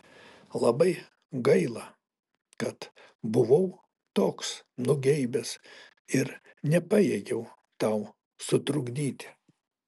labai gaila kad buvau toks nugeibęs ir nepajėgiau tau sutrukdyti